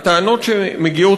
הטענות שמגיעות,